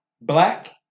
black